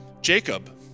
Jacob